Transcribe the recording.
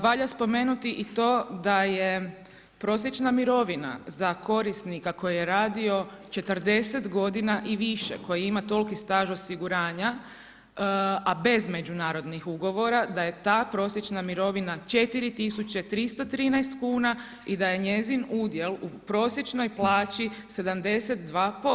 Valja spomenuti i to da je prosječna mirovina za korisnika koji je radio 40 godina i više, koji ima toliki staž osiguranja, a bez međunarodnih ugovora da je ta prosječna mirovina 4313 kuna i da je njezin udjel u prosječnoj plaći 72%